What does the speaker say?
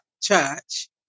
church